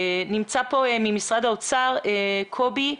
נמצא כאן ממשרד האוצר קובי בוזו.